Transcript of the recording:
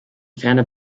ferner